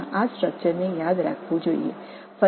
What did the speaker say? இந்த கட்டமைப்பை நினைவில் கொள்ள வேண்டும்